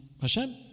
Hashem